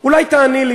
אולי תעני לי,